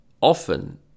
often